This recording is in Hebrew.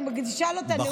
אני מקדישה לו את הנאום הבא.